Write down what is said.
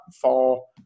fall